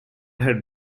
had